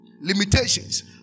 limitations